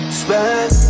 spend